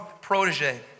protege